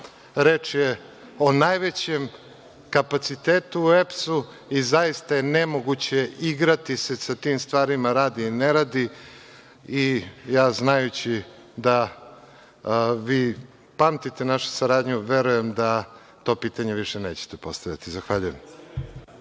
Reč je o najvećem kapacitetu u EPS-u i zaista je nemoguće igrati se sa tim stvarima, radi - ne radi. Znajući da vi pamtite našu saradnju, verujem da to pitanje više nećete postavljati. Hvala.